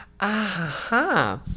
Aha